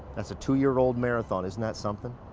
that's a two-year-old marathon, isn't that something?